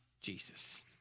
Jesus